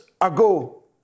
ago